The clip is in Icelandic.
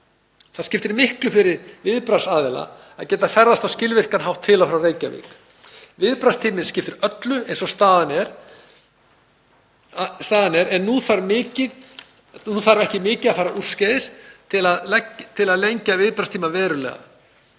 Það skiptir miklu fyrir viðbragðsaðila að geta ferðast á skilvirkan hátt til og frá Reykjavík. Viðbragðstíminn skiptir öllu og eins og staðan er nú þarf ekki mikið að fara úrskeiðis til að lengja viðbragðstíma verulega.